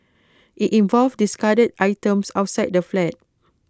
IT involved discarded items outside the flat